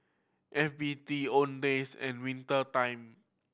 F B T Owndays and Winter Time